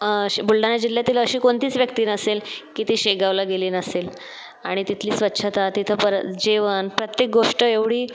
बुलढाणा जिल्ह्यातील अशी कोणतीच व्यक्ती नसेल की ती शेगावला गेली नसेल आणि तिथली स्वच्छता तिथं परत जेवण प्रत्येक गोष्ट एवढी